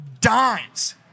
dimes